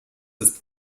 ist